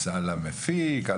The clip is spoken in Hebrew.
על המפיק.